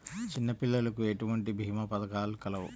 చిన్నపిల్లలకు ఎటువంటి భీమా పథకాలు కలవు?